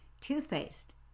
toothpaste